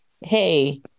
hey